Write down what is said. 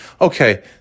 Okay